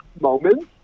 moments